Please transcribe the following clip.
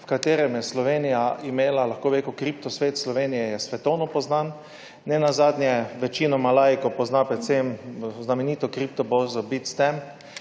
v katerem je Slovenija imela – lahko bi rekel, kripto svet Slovenije je svetovno poznan. Ne nazadnje večina laikov pozna predvsem znamenito kripto borzo Bitstamp,